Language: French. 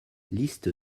liste